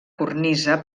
cornisa